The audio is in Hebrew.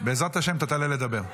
בעזרת השם אתה תעלה לדבר.